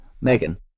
Megan